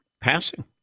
passing